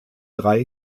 drei